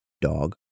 dog